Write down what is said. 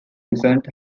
present